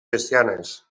cristianes